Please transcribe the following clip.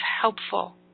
helpful